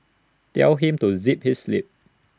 tell him to zip his lip